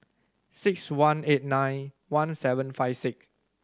six one eight nine one seven five six